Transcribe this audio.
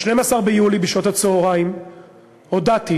ב-12 ביולי בשעות הצהריים הודעתי